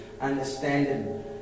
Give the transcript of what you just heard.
understanding